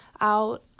out